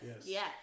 Yes